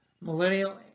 millennial